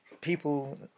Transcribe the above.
people